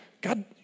God